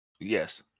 Yes